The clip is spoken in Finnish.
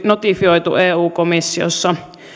notifioitu eu komissiossa